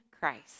Christ